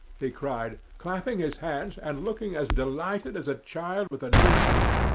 he cried, clapping his hands, and looking as delighted as a child with a new toy.